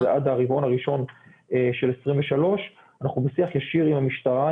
זה עד הרבעון הראשון של 2023. אנחנו בשיח ישיר עם המשטרה,